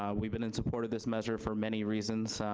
um we've been in support of this measure for many reasons.